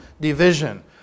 division